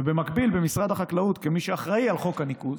ובמקביל, במשרד החקלאות, כמי שאחראי לחוק הניקוז